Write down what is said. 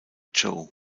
joe